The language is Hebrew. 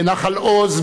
בנחל-עוז,